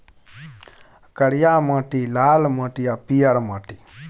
करिया माटि, लाल माटि आ पीयर माटि